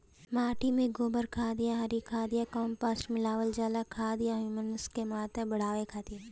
माटी में गोबर खाद या हरी खाद या कम्पोस्ट मिलावल जाला खाद या ह्यूमस क मात्रा बढ़ावे खातिर?